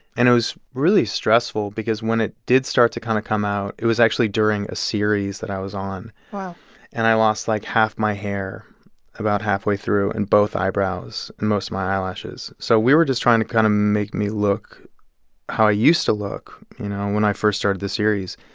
and it was really stressful because when it did start to kind of come out, it was actually during a series that i was on wow and i lost, like, half my hair about halfway through and both eyebrows and most of my eyelashes. so we were just trying to kind of make me look how i used to look, you know, when i first started the series.